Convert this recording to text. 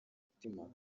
mutima